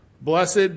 Blessed